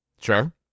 Sure